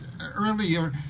earlier